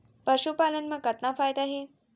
पशुपालन मा कतना फायदा हे?